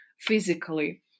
physically